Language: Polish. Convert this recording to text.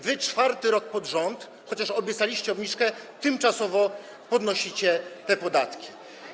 Wy czwarty rok z rzędu, chociaż obiecaliście obniżkę, tymczasowo podnosicie te podatki.